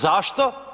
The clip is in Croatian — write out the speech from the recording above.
Zašto?